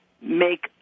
make